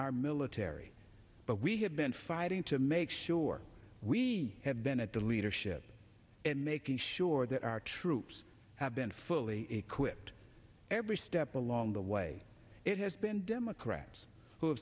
our military but we have been fighting to make sure we have been at the leadership and making sure that our troops have been fully equipped every step along the way it has been democrats who